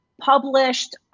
published